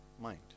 mind